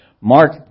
Mark